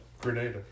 Grenada